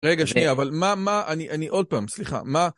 רגע שנייה אבל מה מה אני אני עוד פעם סליחה מה